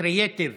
הקריאייטיב